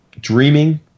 dreaming